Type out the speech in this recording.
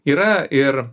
yra ir